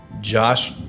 Josh